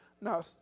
Now